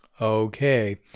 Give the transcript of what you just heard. Okay